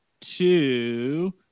two